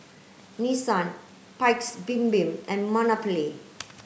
Nissan Paik's Bibim and Monopoly